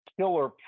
Killer